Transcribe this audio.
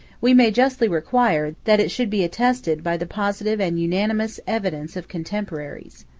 we may justly require, that it should be attested by the positive and unanimous evidence of contemporaries.